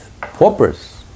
paupers